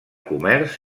comerç